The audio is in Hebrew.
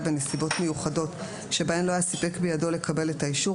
בנסיבת מיוחדות שבהן לא היה סיפק בידו לקבל את האישור,